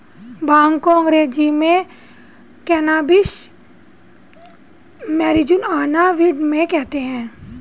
भांग को अंग्रेज़ी में कैनाबीस, मैरिजुआना, वीड भी कहते हैं